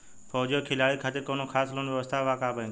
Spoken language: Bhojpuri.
फौजी और खिलाड़ी के खातिर कौनो खास लोन व्यवस्था बा का बैंक में?